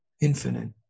Infinite